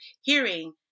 hearing